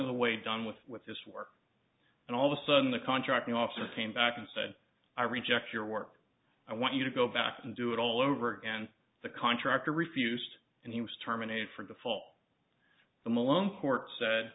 of the way done with with this work and all of a sudden the contracting officer came back and said i reject your work i want you to go back and do it all over again the contractor refused and he was terminated from the fall the malone court said